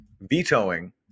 vetoing